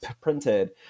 printed